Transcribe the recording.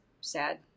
sad